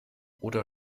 oder